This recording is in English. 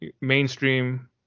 mainstream